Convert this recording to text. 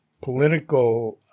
political